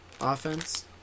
offense